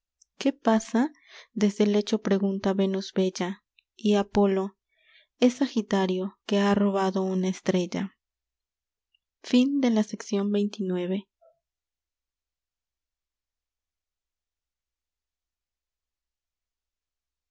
qué pasa desde el lecho pregunta venus bella y apolo es sagitario que ha robado una estrella